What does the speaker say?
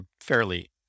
fairly